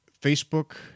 Facebook